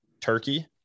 turkey